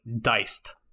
diced